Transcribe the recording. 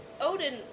Odin